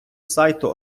сайту